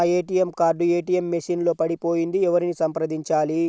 నా ATM card ATM machine లో పడిపోయింది ఎవరిని సంప్రదించాలి?